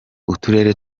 uturere